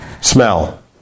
smell